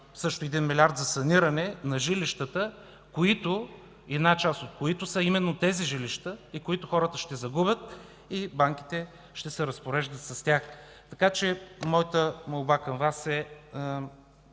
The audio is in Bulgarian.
също така 1 милиард – за саниране на жилищата, една част от които са именно тези жилища и които хората ще загубят, и банките ще се разпореждат с тях. Моята молба към Вас е